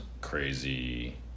crazy